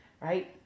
right